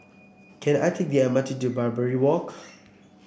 can I take the M R T to Barbary Walk